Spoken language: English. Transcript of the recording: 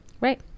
Right